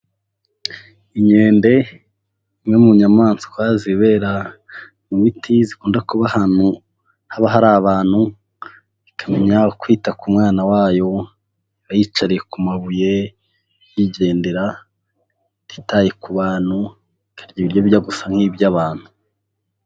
Inkende imwe mu nyamaswa zibera mu biti, zikunda kuba ahantu haba hari abantu, ikamenya ukwita ku mwana wayo, iba yiyicariye ku mabuye, yigendera, ititaye ku bantu, ikarya ibiryo bijya gusa nk'iby'abantu.